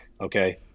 Okay